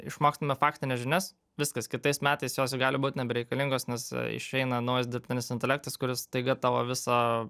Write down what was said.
išmokstame faktines žinias viskas kitais metais jos jau gali būt nebereikalingos nes išeina naujas dirbtinis intelektas kuris staiga tavo visą